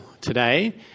today